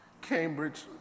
Cambridge